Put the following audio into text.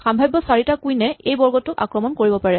সাম্ভাৱ্য চাৰিটা কুইন এ এই বৰ্গটোক আক্ৰমণ কৰিব পাৰে